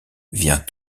vient